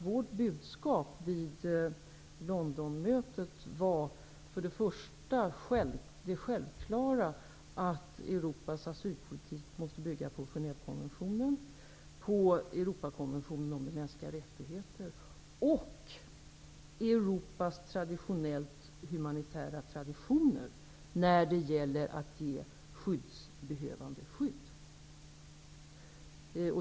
Vårt budskap vid Londonmötet var för det första att Europas asylpolitik självfallet måste bygga på Genèvekonventionen, på Europakonventionen om de mänskliga rättigheterna och Europas traditionellt humanitära traditioner att ge skyddsbehövande skydd.